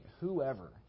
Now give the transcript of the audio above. whoever